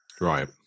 Right